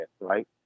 right